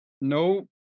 no